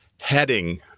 heading